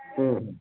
हं हं